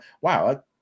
Wow